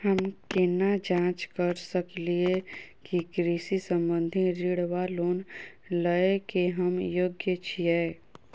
हम केना जाँच करऽ सकलिये की कृषि संबंधी ऋण वा लोन लय केँ हम योग्य छीयै?